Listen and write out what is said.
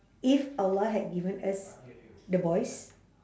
if allah had given us the boys